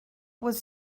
was